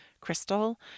crystal